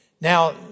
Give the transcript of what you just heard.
Now